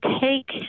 take